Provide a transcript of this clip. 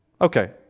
Okay